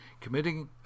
committing